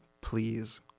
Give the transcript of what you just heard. Please